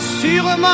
sûrement